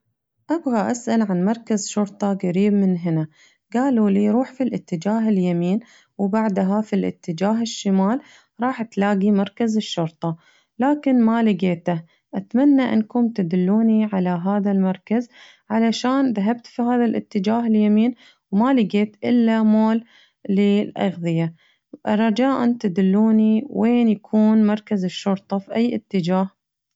أبغى أسأل عن مركز شرطة قريب من هنا قالوا لي روح في الاتجاه اليمين وبعدها في الاتجاه الشمال وراح تلاقي مركز الشرطة لكن ما لقيته أتمنى إنكم تدلوني على هذا المركز علشان ذهبت فهذا الاتجاه اليمين وما لقيت إلا مول للأغذية رجاءً تدلوني وين يكون مركز الشرطة فأي اتجاه؟